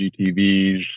GTVs